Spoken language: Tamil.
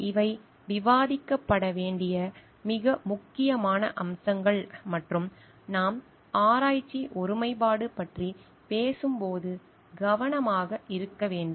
இவை விவாதிக்கப்பட வேண்டிய மிக முக்கியமான அம்சங்கள் மற்றும் நாம் ஆராய்ச்சி ஒருமைப்பாடு பற்றி பேசும்போது கவனமாக இருக்க வேண்டும்